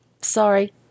Sorry